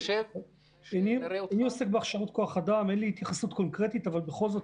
אין לי התייחסות קונקרטית, אבל בכל זאת